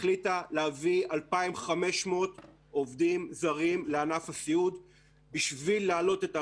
החליטה להביא 2,500 עובדים זרים לענף הסיעוד בשביל להעלות את הרמה,